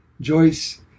Joyce